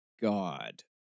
god